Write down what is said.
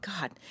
God